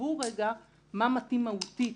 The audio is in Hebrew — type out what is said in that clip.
ויחשבו מה מתאים מהותית